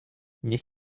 niech